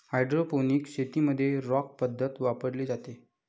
hydroponics शेतीमध्ये rock पद्धत वापरली जाते